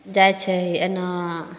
जाइ छही एना